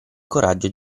coraggio